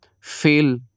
fail